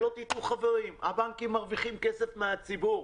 שלא תטעו, חברים, הבנקים מרוויחים כסף מהציבור,